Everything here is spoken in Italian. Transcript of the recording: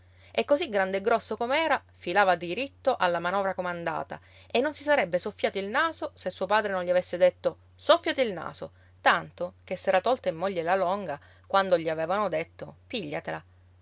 e così grande e grosso com'era filava diritto alla manovra comandata e non si sarebbe soffiato il naso se suo padre non gli avesse detto soffiati il naso tanto che s'era tolta in moglie la longa quando gli avevano detto pigliatela